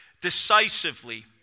decisively